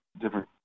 different